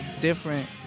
different